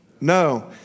No